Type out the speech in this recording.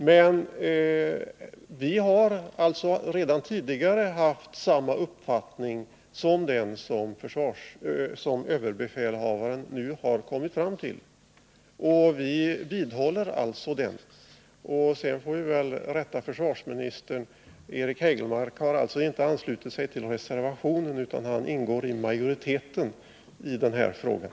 Men vi socialdemokrater har redan tidigare haft den uppfattning överbefälhavaren nu kommit fram till, och vi vidhåller den. Jag vill också rätta försvarsministern: Eric Hägelmark har inte anslutit sig till reservationen utan ingår i majoriteten i den här frågan.